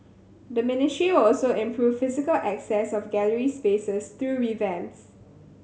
the ministry will also improve physical access of gallery spaces through revamps